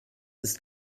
ist